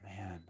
man